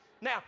Now